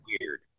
weird